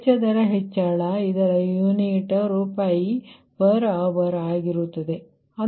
ವೆಚ್ಚ ದರ ಹೆಚ್ಚಳ ಇದರ ಯೂನಿಟ್ ರೂಪಾಯಿಸ್ ಪರ್ ಹವರ್Ruppee's per hour ಆಗಿರುತ್ತದೆ